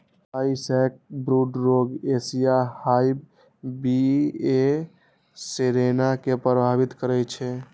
Thai sacbrood रोग Asian hive बी.ए सेराना कें प्रभावित करै छै